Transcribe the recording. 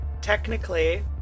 Technically